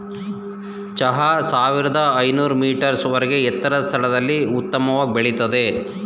ಚಹಾ ಸಾವಿರ್ದ ಐನೂರ್ ಮೀಟರ್ಸ್ ವರ್ಗೆ ಎತ್ತರದ್ ಸ್ಥಳದಲ್ಲಿ ಉತ್ತಮವಾಗ್ ಬೆಳಿತದೆ